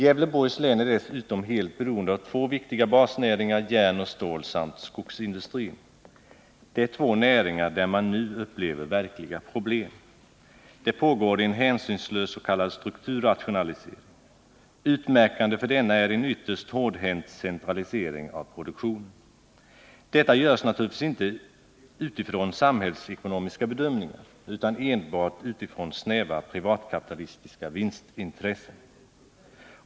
Gävleborgs län är dessutom helt beroende av två viktiga basnäringar, järnoch stålindustrin samt skogsindustrin. Det är två näringar där man nu upplever verkliga problem. Det pågår en hänsynslös s.k. strukturrationalisering. Utmärkande för denna är en ytterst hårdhänt centralisering av produktionen. Detta görs naturligtvis inte utifrån samhällsekonomiska bedömningar utan enbart utifrån snäva privatkapitalistiska vinstintressen.